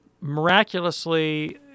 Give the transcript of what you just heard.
miraculously